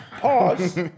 Pause